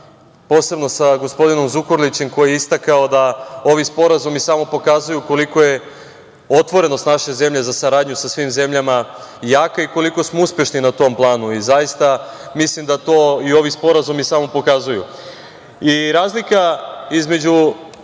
posebno sa gospodinom Zukorlićem koji je istakao da ovi sporazumi samo pokazuju koliko je otvorenost naše zemlje za saradnju sa svim zemljama jaka i koliko smo uspešni na tom planu. Zaista, mislim da to i ovi sporazumi samo pokazuju. Razlika između